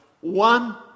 one